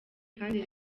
kandi